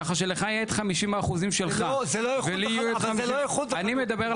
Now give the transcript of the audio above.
ככה שלך יהיה את 50 האחוזים שלך ולי יהיו את 50 האחוזים שלי.